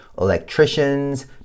electricians